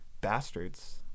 bastards